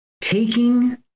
taking